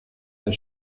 der